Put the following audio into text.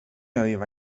aveva